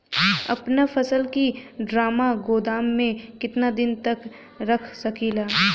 अपना फसल की ड्रामा गोदाम में कितना दिन तक रख सकीला?